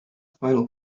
final